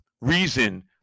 reason